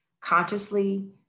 consciously